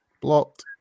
Blocked